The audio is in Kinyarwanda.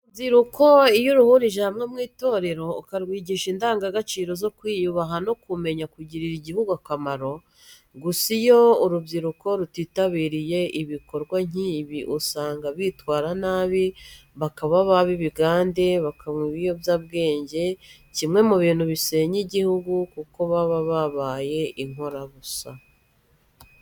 Urubyiruko iyo uruhurije hamwe mu itorero ukarwigisha indangagaciro zo kwiyubaha no kumenya kugirira igihugu akamaro, gusa iyo urubyiruko rutitabiriye ibikorwa nk'ibi usanga bitwara nabi bakaba baba ibigande bakanywa ibiyobyabwenge, kimwe mu bintu bisenya igihugu kuko baba babaye inkorabusa.